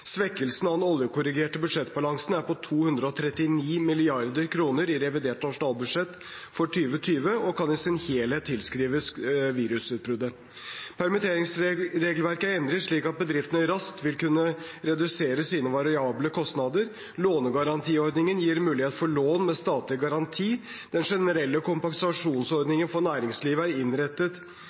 Svekkelsen i den oljekorrigerte budsjettbalansen er på 239 mrd. kr i revidert nasjonalbudsjett for 2020 og kan i sin helhet tilskrives virusutbruddet. Permitteringsregelverket er endret slik at bedriftene raskt vil kunne redusere sine variable kostnader. Lånegarantiordningen gir mulighet for lån med statlig garanti. Den generelle kompensasjonsordningen for næringslivet er innrettet